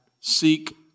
seek